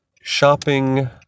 shopping